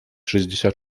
шестьдесят